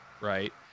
Right